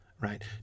right